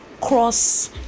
cross